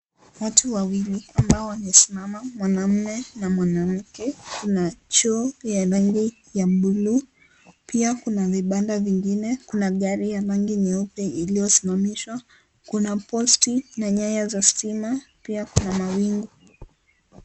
Watu wawili ambao wamesimama, mwanaume na mwanamke, Kuna choo ya rangi ya buluu, pia Kuna vibanda vingine. Kuna gari ya rangi nyeupe Iliyo simamishwa, Kuna posti na nyaya za stima pia Kuna mawingu.